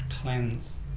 cleanse